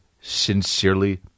sincerely